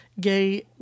gay